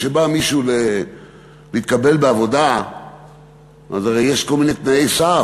כשבא מישהו להתקבל לעבודה אז יש כל מיני תנאי סף,